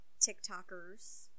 TikTokers